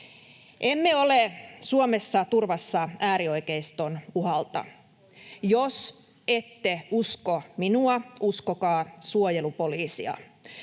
Emme ole Suomessa turvassa äärioikeiston uhalta. Jos ette usko minua, uskokaa suojelupoliisia.